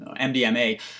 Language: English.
MDMA